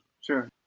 Sure